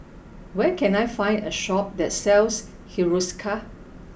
where can I find a shop that sells Hiruscar